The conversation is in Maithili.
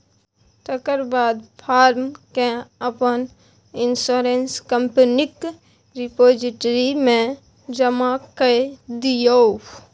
तकर बाद फार्म केँ अपन इंश्योरेंस कंपनीक रिपोजिटरी मे जमा कए दियौ